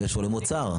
הוא למוצר.